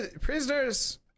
prisoners